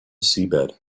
seabed